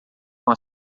com